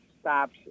stops